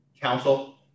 Council